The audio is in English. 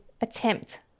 attempt